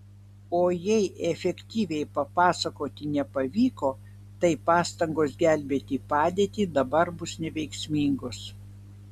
o jei efektyviai papasakoti nepavyko tai pastangos gelbėti padėtį dabar bus neveiksmingos